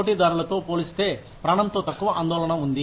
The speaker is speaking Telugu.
పోటీదారులతో పోలిస్తే ప్రాణంతో తక్కువ ఆందోళన ఉంది